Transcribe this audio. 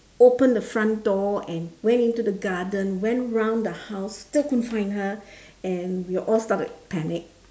opened the front door and went into the garden went round the house still couldn't find her and we all started to panic